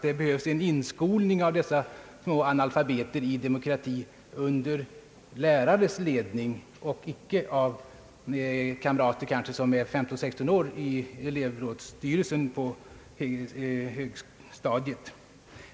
Det behövs en inskolning i demokrati av dessa små analfabeter under lärares ledning, icke under ledning av kamrater — som kanske är 15—16 år gamla — i en elevrådsstyrelse på högstadiet.